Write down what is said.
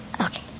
Okay